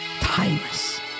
Timeless